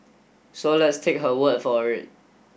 so let's take her word for it